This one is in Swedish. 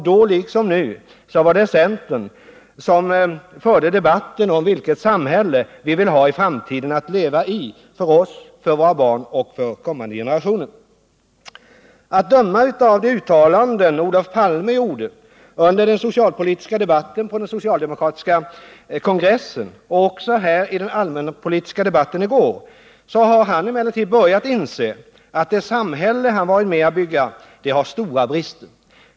Då — liksom nu — var det centern som förde debatten om vilket samhälle vi vill ha i framtiden att leva i för oss, för våra barn och för de kommande generationerna. Att döma av de uttalanden Olof Palme gjorde under den socialpolitiska debatten på den socialdemokratiska kongressen, och också här i den allmänpolitiska debatten, har han emellertid börjat inse att det samhälle han varit med om att bygga har stora brister.